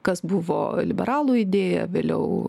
kas buvo liberalų idėja vėliau